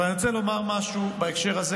אבל אני רוצה לומר משהו בהקשר הזה,